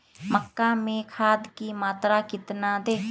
मक्का में खाद की मात्रा कितना दे?